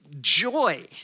joy